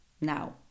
now